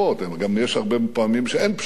גם, יש הרבה פעמים שאין פשרות,